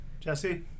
Jesse